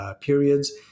periods